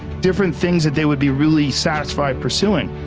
different things that they would be really satisfied pursuing.